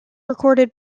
recorded